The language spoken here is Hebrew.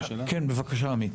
כן, בבקשה עמית.